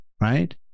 Right